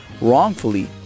wrongfully